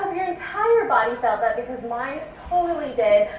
your entire body felt that because mine totally did.